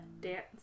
dance